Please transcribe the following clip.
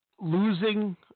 losing